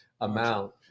amount